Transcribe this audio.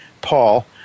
Paul